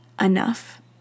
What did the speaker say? enough